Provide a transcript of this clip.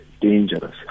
dangerous